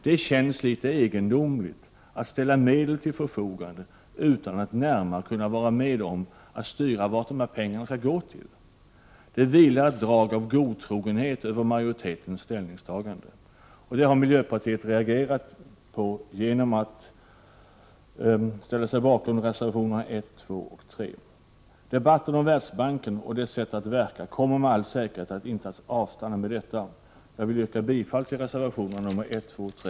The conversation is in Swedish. Det känns litet egendomligt att ställa medel till förfogande utan att närmare kunna vara med om att styra vart pengarna skall gå. Det vilar ett drag av godtrogenhet över majoritetens ställningstagande. Det har miljöpartiet reagerat mot genom att ansluta sig till reservationerna 1, 2 och 3. Debatten om Världsbanken och dess sätt att verka kommer med all säkerhet inte att avstanna i och med detta. Jag yrkar bifall till reservationerna 1, 2 och 3.